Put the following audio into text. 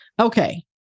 Okay